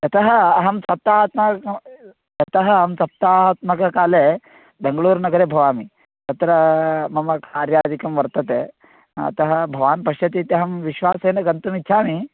यतः अहं सप्ताहात्मकं यतः अहं सप्ताहात्मककाले बेङ्ग्ळूर् नगरे भवामि तत्र मम कार्यादिकं वर्तते अतः भवान् पश्यति इत्यहं विश्वासेन गन्तुमिच्छामि